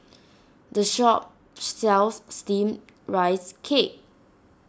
the shop sells Steamed Rice Cake